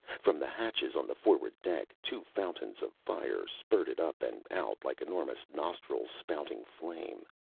from the hatches on the forward deck, two fountains of fire spurted up and out, like enormous nostrils spouting flame.